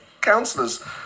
councillors